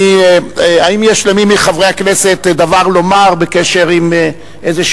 האם יש למי מחברי הכנסת דבר לומר בקשר לאיזשהו,